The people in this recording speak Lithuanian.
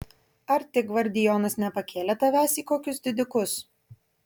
ar tik gvardijonas nepakėlė tavęs į kokius didikus